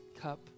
cup